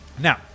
Now